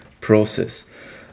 process